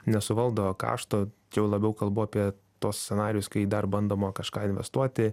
nesuvaldo kašto čia jau labiau kalbu apie tuos scenarijus kai dar bandoma kažką investuoti